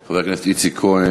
הוא אמצעי חריג לגביית חוב אזרחי.